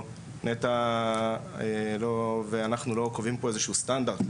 נטע ואנחנו לא קובעים פה איזשהו סטנדרט,